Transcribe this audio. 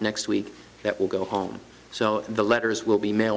next week that will go home so the letters will be ma